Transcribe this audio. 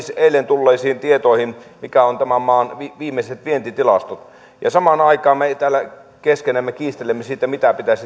eilen tulleisiin tietoihin mitkä ovat tämän maan viimeiset vientitilastot ja samaan aikaan me täällä keskenämme kiistelemme siitä mitä pitäisi